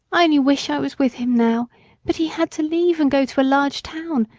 i only wish i was with him now but he had to leave and go to a large town,